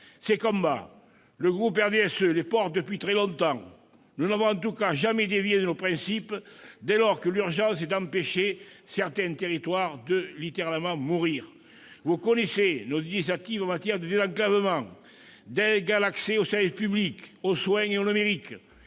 Ces combats, le groupe du RDSE les porte depuis très longtemps. Nous n'avons en tout cas jamais dévié de nos principes, dès lors que l'urgence est d'empêcher certains territoires de mourir, littéralement. Vous connaissez nos initiatives en matière de désenclavement, d'égal accès aux services publics, aux soins et au numérique,